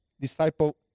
disciple